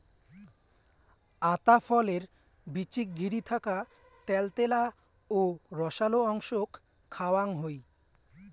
আতা ফলের বীচিক ঘিরি থাকা ত্যালত্যালা ও রসালো অংশক খাওয়াং হই